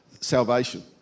salvation